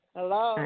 Hello